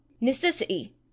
Necessity